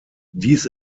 dies